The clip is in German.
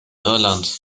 irland